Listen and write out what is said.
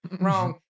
wrong